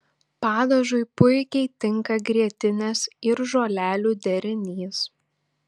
padažui puikiai tinka grietinės ir žolelių derinys